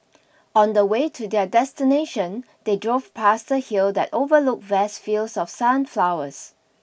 on the way to their destination they drove past the hill that overlooked vast fields of sunflowers